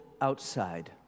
outside